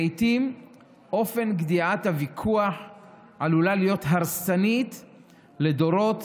לעיתים אופן גדיעת הוויכוח עלול להיות הרסני לדורות,